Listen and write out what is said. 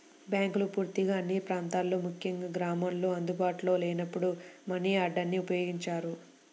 బ్యాంకులు పూర్తిగా అన్ని ప్రాంతాల్లో ముఖ్యంగా గ్రామాల్లో అందుబాటులో లేనప్పుడు మనియార్డర్ని ఉపయోగించారు